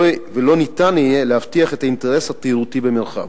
ולא ניתן יהיה להבטיח את האינטרס התיירותי במרחב.